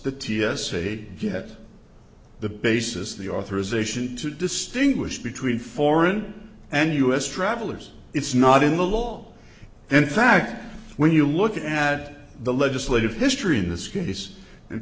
the t s a get the basis the authorization to distinguish between foreign and u s travelers it's not in the law in fact when you look at the legislative history in this case and